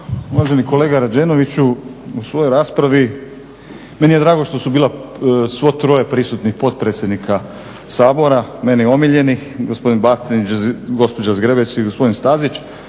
Uvaženi kolega Rađenoviću, u svojoj raspravi, meni je drago što su bila svo troje prisutnih potpredsjednika Sabora, meni omiljenih, gospodin Batinić, gospođa Zgrebec i gospodin Stazić.